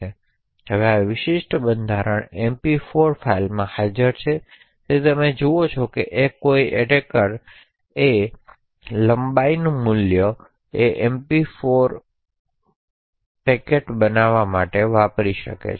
હવે આ વિશિષ્ટ બંધારણ એમપી 4 ફાઇલમાં હાજર છે તેથી તમે જે જુઓ છો તે એ છે કે કોઈ એટેકર દૂષિત લંબાઈ મૂલ્ય સાથે એમપી 4 પેકેટ બનાવી શકે છે